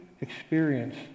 experience